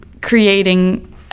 creating